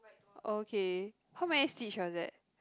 okay how many stitch was that